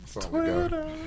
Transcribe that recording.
Twitter